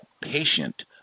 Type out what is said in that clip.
patient